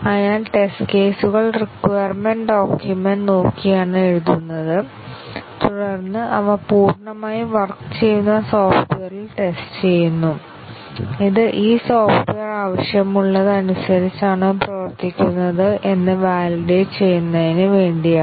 അതിനാൽ ടെസ്റ്റ് കേസുകൾ requirement document നോക്കിയാണ് എഴുതുന്നത് തുടർന്ന് അവ പൂർണമായി വർക്ക് ചെയ്യുന്ന സോഫ്റ്റ്വെയറിൽ ടെസ്റ്റ് ചെയ്യുന്നു ഇത് ഈ സോഫ്റ്റ്വെയർ ആവശ്യമുള്ളത് അനുസരിച്ചാണോ പ്രവർത്തിക്കുന്നത് എന്ന് വാലിഡേറ്റ് ചെയ്യുന്നതിന് വേണ്ടിയാണ്